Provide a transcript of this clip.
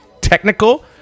technical